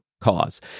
cause